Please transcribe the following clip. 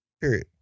Period